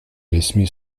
resmi